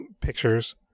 pictures